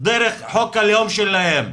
דרך חוק הלאום שלהם,